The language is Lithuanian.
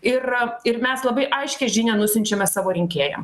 ir ir mes labai aiškią žinią nusiunčiame savo rinkėjam